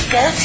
go